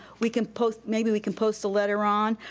we can post, maybe we can post a letter on,